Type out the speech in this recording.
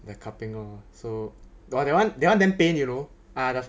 the cupping lor so !wah! that one that one damn pain you know ah the